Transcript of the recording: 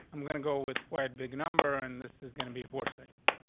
i'm gonna go with quite big number, and this is gonna be four seconds.